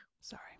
Sorry